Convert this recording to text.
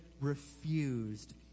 refused